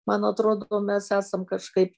man atrodo mes esam kažkaip